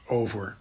over